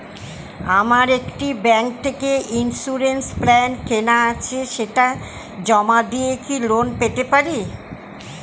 আমার একটি ব্যাংক থেকে ইন্সুরেন্স প্ল্যান কেনা আছে সেটা জমা দিয়ে কি লোন পেতে পারি?